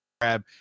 grab